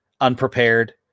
unprepared